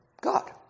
God